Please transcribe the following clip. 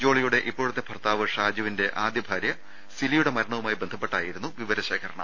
ജോളിയുടെ ഇപ്പോഴത്തെ ഭർത്താവ് ഷാജുവിന്റെ ആദ്യ ഭാര്യ സിലി യുടെ മരണവുമായി ബന്ധപ്പെട്ടായിരുന്നു വിവര ശേഖ രണം